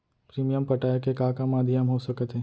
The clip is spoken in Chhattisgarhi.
प्रीमियम पटाय के का का माधयम हो सकत हे?